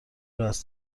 رواز